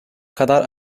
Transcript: kadar